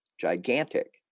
gigantic